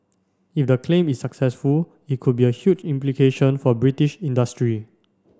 if the claim is successful it could be a huge implication for British industry